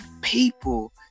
people